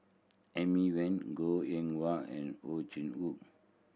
Amy Van Goh Eng Wah and Ow Chin Hock